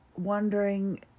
Wondering